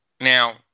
Now